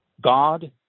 God